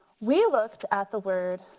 we looked at the word